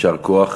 ויישר כוח.